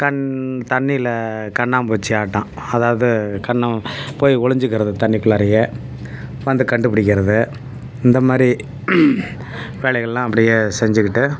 கண் தண்ணியில் கண்ணாம்பூச்சி ஆட்டம் அதாவது கண்ணம் போய் ஒளிஞ்சுக்கறது தண்ணிக்குள்ளாரேயே வந்து கண்டுபிடிக்கிறது இந்த மாதிரி வேலைகளெல்லாம் அப்படியே செஞ்சுக்கிட்டு